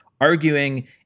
arguing